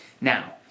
Now